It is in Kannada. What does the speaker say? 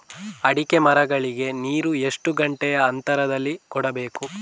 ಅಡಿಕೆ ಮರಗಳಿಗೆ ನೀರು ಎಷ್ಟು ಗಂಟೆಯ ಅಂತರದಲಿ ಕೊಡಬೇಕು?